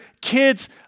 kids